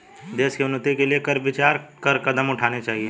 देश की उन्नति के लिए कर विचार कर कदम उठाने चाहिए